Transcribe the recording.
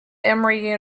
emory